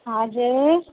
हजुर